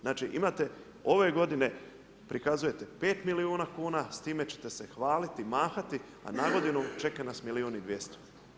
Znači imate, ove godine prikazujete 5 milijuna kuna, s time ćete se hvaliti i mahati a na godinu čeka nas milijun i 200.